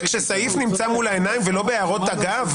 כשסעיף נמצא מול העיניים ולא בהערות אגב.